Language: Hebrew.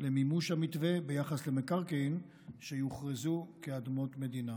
למימוש המתווה ביחס למקרקעין שיוכרזו כאדמות מדינה.